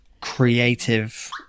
creative